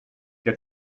der